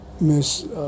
Miss